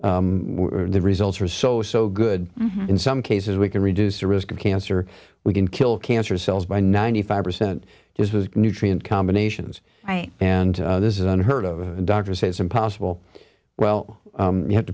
were the results are so so good in some cases we can reduce the risk of cancer we can kill cancer cells by ninety five percent just with nutrient combinations and this is unheard of and doctors say it's impossible well you have to